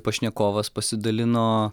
pašnekovas pasidalino